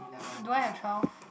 do I have twelve